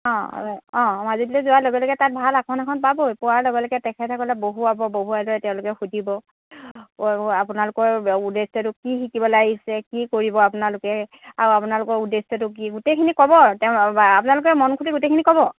অঁ অঁ মাজুলীলৈ যোৱাৰ লগে লগে তাত ভাল আসন এখন পাবই পোৱাৰ লগে লগে তেখেতসকলে বহুৱাব বহুৱাই লৈ তেখেতসকলে সুধিব আপোনালোকৰ উদ্দেশ্যটো কি শিকিবলৈ আহিছে কি কৰিব আপোনালোকে আৰু আপোনালোকৰ উদ্দেশ্যটো কি গোটেইখিনি ক'ব আপোনালোকে মন খুলি গোটেইখিনি ক'ব